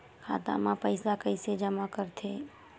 खाता म पईसा कइसे जमा करथे?